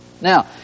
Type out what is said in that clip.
Now